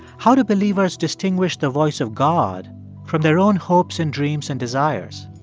how do believers distinguish the voice of god from their own hopes and dreams and desires?